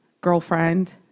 girlfriend